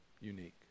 unique